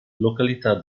località